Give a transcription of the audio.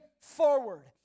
forward